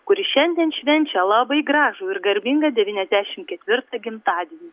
kuri šiandien švenčia labai gražų ir garbingą devyniasdešim ketvirtą gimtadienį